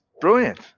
Brilliant